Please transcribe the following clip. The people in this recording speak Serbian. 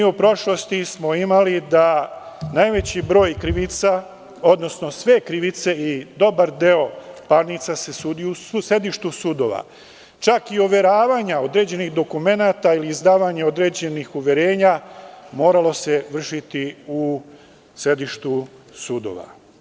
U prošlosti smo imali da se sve krivice i dobar deo parnica sude u sedištu sudova, čak i overavanja određenih dokumenata ili izdavanje određenih uverenja moralo se vršiti u sedištu sudova.